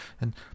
and